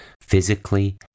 physically